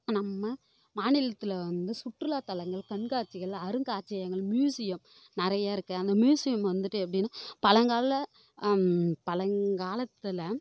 நம்ம மாநிலத்தில் வந்து சுற்றுலாத்தலங்கள் கண்காட்சிகள் அருங்காட்சியங்கள் மியூசியம் நிறையா இருக்குது அந்த மியூசியம் வந்துட்டு எப்படின்னா பழங்கால பழங்காலத்தில்